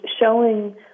showing